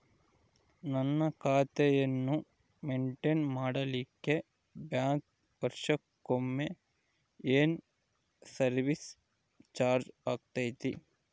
ನನ್ನ ಖಾತೆಯನ್ನು ಮೆಂಟೇನ್ ಮಾಡಿಲಿಕ್ಕೆ ಬ್ಯಾಂಕ್ ವರ್ಷಕೊಮ್ಮೆ ಏನು ಸರ್ವೇಸ್ ಚಾರ್ಜು ಹಾಕತೈತಿ?